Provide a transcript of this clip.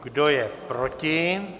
Kdo je proti?